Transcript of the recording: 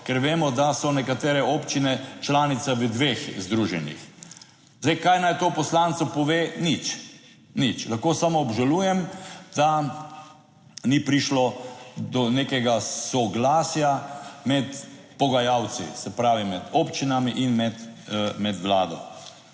ker vemo, da so nekatere občine članica v dveh združenjih. Zdaj, kaj naj to poslancu pove? Nič, nič, lahko samo obžalujem, da ni prišlo do nekega soglasja med pogajalci, se pravi, med občinami in med Vlado.